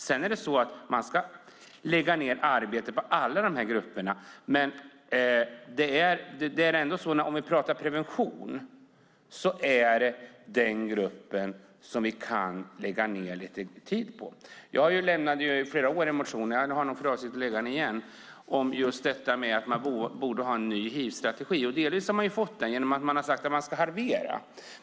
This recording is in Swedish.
Sedan är det så att man ska lägga ned arbete på alla de här grupperna, men om vi pratar prevention är det den gruppen som vi kan lägga ned lite tid på. Jag lämnade i flera år en motion - jag har nog för avsikt att väcka den igen - om just att man borde ha en ny hivstrategi. Delvis har vi fått den genom att man har sagt att man ska halvera.